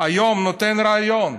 נותן ריאיון.